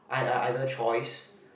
ei~ ei~ either choice